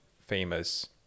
famous